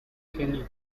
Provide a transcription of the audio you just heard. kenny